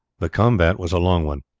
the combat was a long one.